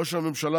ראש הממשלה,